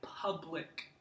public